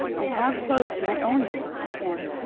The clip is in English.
and half-closed my own door again.